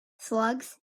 slugs